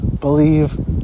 Believe